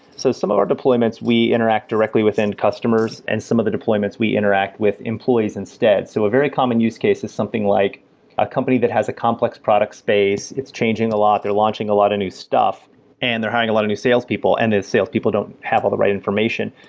so some of our deployments, we interact directly within customers and some of the deployments we interact with employees instead so a very common use case is something like a company that has a complex product space, it's changing a lot, they're launching a lot of new stuff and they're having a lot of new salespeople and the salespeople don't have all the right information.